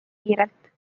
kiirelt